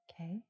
Okay